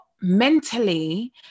mentally